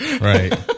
Right